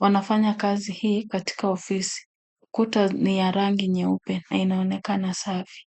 Wanafanya kazi hii katika ofisi. Kuta ni ya rangi nyeupe na inaonekana safi.